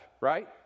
right